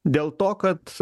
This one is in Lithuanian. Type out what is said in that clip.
dėl to kad